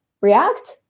react